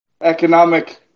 economic